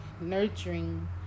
nurturing